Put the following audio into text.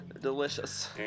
Delicious